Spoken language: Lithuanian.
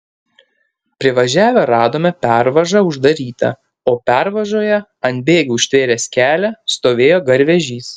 privažiavę radome pervažą uždarytą o pervažoje ant bėgių užtvėręs kelią stovėjo garvežys